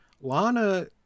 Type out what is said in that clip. lana